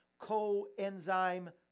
Coenzyme